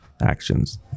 actions